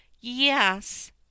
yes